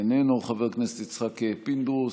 איננו, חבר הכנסת יצחק פינדרוס,